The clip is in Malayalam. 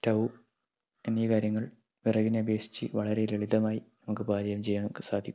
സ്റ്റൌ എന്നീ കാര്യങ്ങൾ വിറകിനെ അപേക്ഷിച്ച് വളരെ ലളിതമായി നമുക്ക് പാചകം ചെയ്യാൻ നമുക്ക് സാധിക്കും